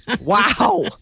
Wow